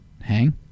hang